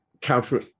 counter